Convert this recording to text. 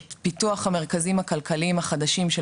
את פיתוח המרכזים הכלכליים החדשים של